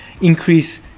Increase